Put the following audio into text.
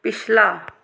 ਪਿਛਲਾ